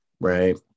Right